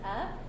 up